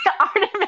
Artemis